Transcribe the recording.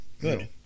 Good